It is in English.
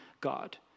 God